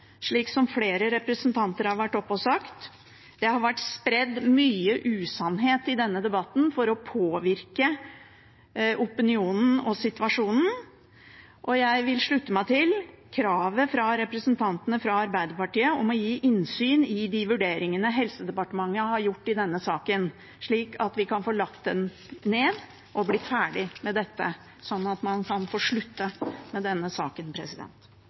slik som flere representanter har vært oppe på talerstolen og sagt. Det har vært spredt mye usannhet i denne debatten for å påvirke opinionen og situasjonen. Jeg vil slutte meg til kravet fra representantene fra Arbeiderpartiet om å få innsyn i de vurderingene Helsedepartementet har gjort i denne saken, slik at vi kan bli ferdig med dette, slik at vi kan få en slutt på denne saken.